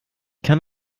kann